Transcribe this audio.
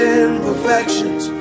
imperfections